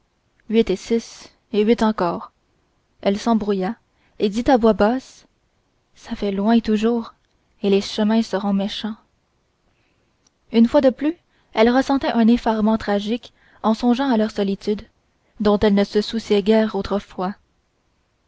huit et six et huit encore elle s'embrouilla et dit à voix basse ça fait loin toujours et les chemins seront méchants une fois de plus elle ressentait un effarement tragique en songeant à leur solitude dont elle ne se souciait guère autrefois